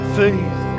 faith